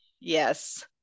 Yes